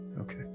Okay